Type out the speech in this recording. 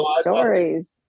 stories